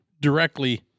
directly